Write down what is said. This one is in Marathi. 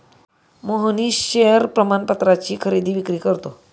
मोहनीश शेअर प्रमाणपत्राची खरेदी विक्री करतो